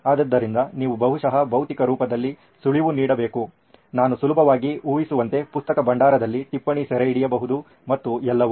ಅದ್ದರಿಂದ ನೀವು ಬಹುಶಃ ಭೌತಿಕ ರೂಪದಲ್ಲಿ ಸುಳಿವು ನೀಡಬೇಕು ನಾನು ಸುಲಭವಾಗಿ ಊಹಿಸುವಂತೆ ಪುಸ್ತಕ ಭಂಡಾರದಲ್ಲಿ ಟಿಪ್ಪಣಿ ಸೆರೆಹಿಡಿಯಬಹುದು ಮತ್ತು ಎಲ್ಲವೂ